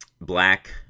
Black